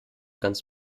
ganz